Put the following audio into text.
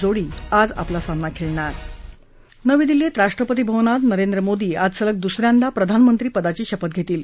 जोडी आज आपला सामना खेळणार नवी दिल्लीत राष्ट्रपती भवनात नरेंद्र मोदी आज सलग दुस यांदा प्रधानमंत्री पदाची शपथ घेतील